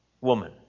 woman